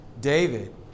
david